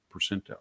percentile